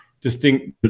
distinct